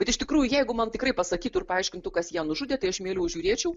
ir iš tikrųjų jeigu man tikrai pasakytų ir paaiškintų kas ją nužudė tai aš mieliau žiūrėčiau